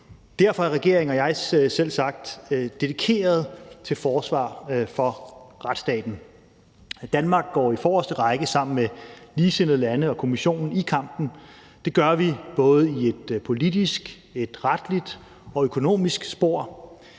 Derfor er regeringen og jeg selvsagt dedikerede til forsvar for retsstaten. Danmark går i forreste række sammen med ligesindede lande og Kommissionen i kampen, og det gør vi i både et politisk, et retligt og et økonomisk spor.